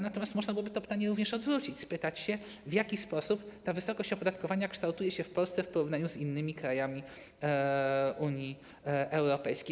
Natomiast można byłoby to pytanie również odwrócić i spytać się, w jaki sposób ta wysokość opodatkowania kształtuje się w Polsce w porównaniu z innymi krajami Unii Europejskiej.